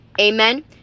amen